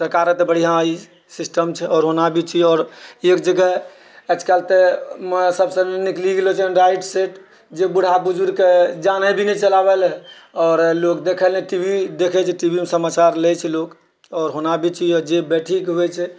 सरकारक तऽ बढ़िआँ ई सिस्टम छै आओर होना भी चाहिए आओर एक जगह आजकल तऽ सबसँ निकलि गेलो छै डाइट सेट जे बुढ़ा बुजुर्गके जानए भी नहि चलाबै लए आओर लोग देखैलए टीवी देखै छै टीवीमे समाचार लए छै लोक आओर होना भी चाहिए जे बैठिके होइ छै